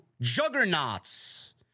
juggernauts